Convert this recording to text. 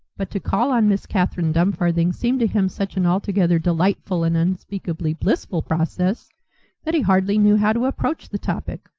but to call on miss catherine dumfarthing seemed to him such an altogether delightful and unspeakably blissful process that he hardly knew how to approach the topic.